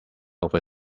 over